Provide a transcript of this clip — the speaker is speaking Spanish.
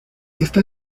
esta